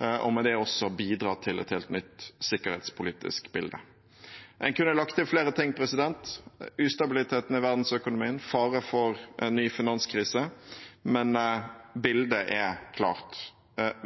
også bidra til et helt nytt sikkerhetspolitisk bilde. En kunne ha lagt til flere ting, som ustabiliteten i verdensøkonomien og faren for en ny finanskrise, men bildet er klart: